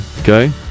Okay